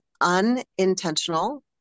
unintentional